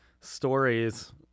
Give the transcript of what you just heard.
stories